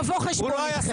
יבוא חשבון איתכם,